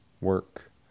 work